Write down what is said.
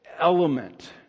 element